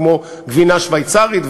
כמו גבינה שוויצרית,